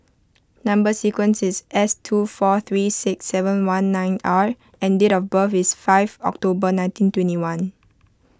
Number Sequence is S two four three six seven one nine R and date of birth is five October nineteen twenty one